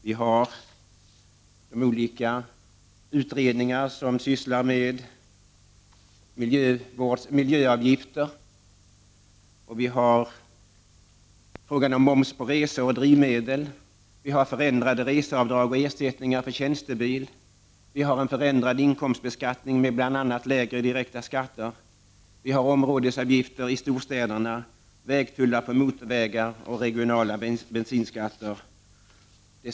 Det finns olika utredningar som sysslar med miljöavgifter, moms på resor och drivmedel, förändrade regler för reseavdrag och ersättning för tjänstebil, förändrad inkomstbeskattning med bl.a. lägre direkta skatter, områdesavgifter i storstäderna, vägtullar på motorvägar och regionala bensinskatter.